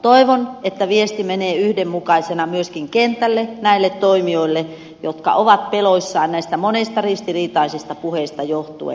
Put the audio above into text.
toivon että viesti menee yhdenmukaisena myöskin kentälle näille toimijoille jotka ovat peloissaan näistä monista ristiriitaisista puheista johtuen